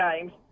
games